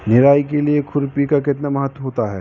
निराई के लिए खुरपी का कितना महत्व होता है?